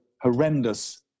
horrendous